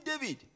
David